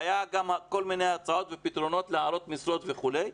היו כל מיני הצעות ופתרונות להעלות משרות וכולי.